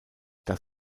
das